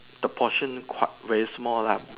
the portion quite very small lah